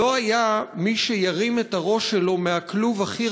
לא היה מי שירים את הראש שלו מהכלוב הכי